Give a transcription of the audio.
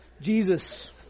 Jesus